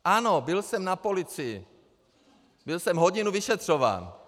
Ano, byl jsem na policii, byl jsem hodinu vyšetřován.